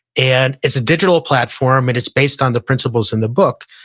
and it's a digital platform and it's based on the principles in the book.